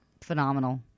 phenomenal